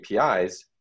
APIs